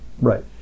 Right